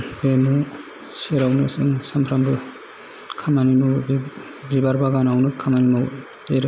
बे न' सेरावनो जों सामफ्रोमबो खामानि मावो बे बिबार बागानावनो खामानि मावो जेरै